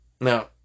Now